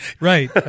Right